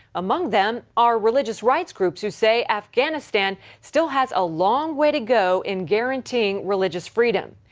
among them are religious rights groups who say afghanistan still has a long way to go in guaranteeing religious freedom.